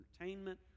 entertainment